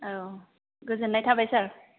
औ गोजोन्नाय थाबाय सार